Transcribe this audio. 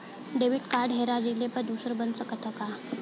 Debit card हेरा जइले पर दूसर बन सकत ह का?